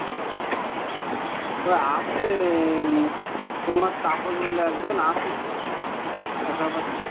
আছে আমার তাপস বলে একজন আছে ও সব আছে